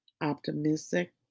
optimistic